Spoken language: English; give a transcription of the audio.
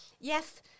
Yes